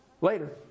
Later